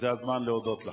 וזה הזמן להודות לך.